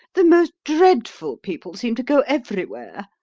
the most dreadful people seem to go everywhere.